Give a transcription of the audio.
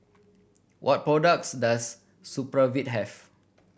what products does Supravit have